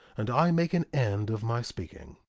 and i make an end of my speaking.